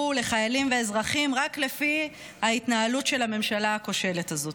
לחיילים ואזרחים רק לפי ההתנהלות של הממשלה הכושלת הזאת.